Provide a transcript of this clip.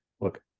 look